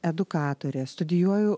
edukatorė studijuoju